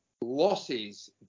losses